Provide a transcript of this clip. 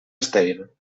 estèril